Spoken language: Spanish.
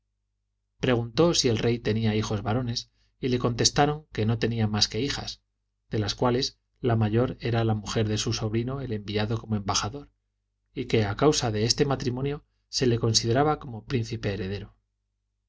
preguntó si el rey tenía hijos varones y le contestaron que no tenía mas que hijas de las cuales la mayor era la mujer de su sobrino el enviado como embajador y que a causa de este matrimonio se le consideraba como príncipe heredero